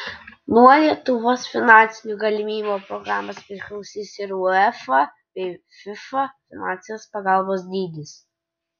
nuo lietuvos finansinių galimybių programos priklausys ir uefa bei fifa finansinės pagalbos dydis